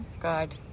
God